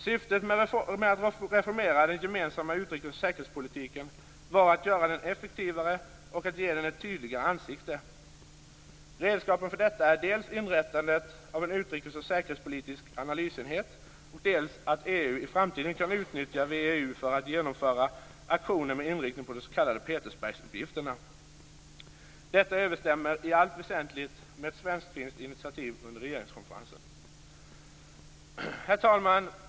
Syftet med att reformera den gemensamma utrikes och säkerhetspolitiken var att göra den effektivare och att ge den ett tydligare ansikte. Redskapen för detta är dels inrättandet av en utrikes och säkerhetspolitisk analysenhet, dels att EU i framtiden kan utnyttja VEU för att genomföra aktioner med inriktning på de s.k. Petersbergsuppgifterna. Detta överensstämmer i allt väsentligt med ett svensk-finskt initiativ under regeringskonferensen. Herr talman!